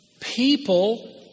People